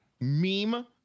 meme